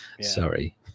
sorry